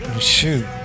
Shoot